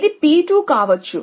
ఇది P2 కావచ్చు